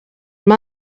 come